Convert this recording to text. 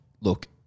look